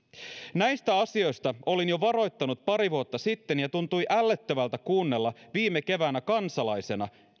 näistä asioista olin jo varoittanut pari vuotta sitten ja tuntui ällöttävältä kuunnella viime keväänä kansalaisena